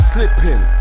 Slipping